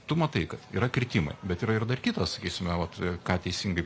tu matai kad yra kritimai bet yra ir dar kitas sakysime va ką teisingai